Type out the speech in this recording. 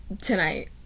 tonight